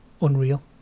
unreal